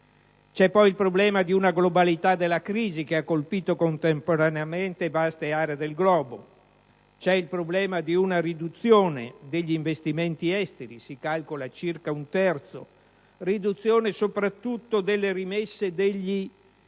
è poi il problema di una globalità della crisi che ha colpito contemporaneamente vaste aree del globo. Vi è il problema di una riduzione degli investimenti esteri (si calcola circa un terzo). Vi è una riduzione soprattutto delle rimesse degli